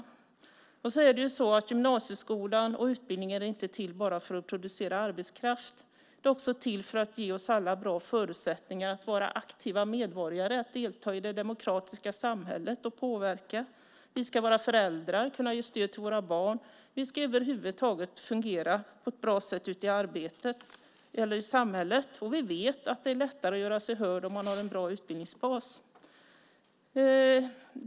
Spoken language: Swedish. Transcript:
Dessutom är det ju så att gymnasieskolan och utbildning inte är till bara för att producera arbetskraft. Den är också till för att ge oss alla bra förutsättningar att vara aktiva medborgare, att delta i det demokratiska samhället och påverka. Vi ska vara föräldrar, kunna ge stöd till våra barn. Vi ska över huvud taget fungera på ett bra sätt ute i samhället, och vi vet att det är lättare att göra sig hörd om man har en bra utbildningsbas.